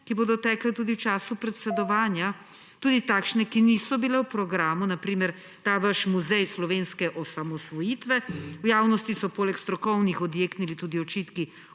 ki bodo tekle tudi v času predsedovanja, tudi takšne, ki niso bile v programu, na primer, ta vaš Muzej slovenske osamosvojitve. V javnosti so poleg strokovnih odjeknili tudi očitki